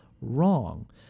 Wrong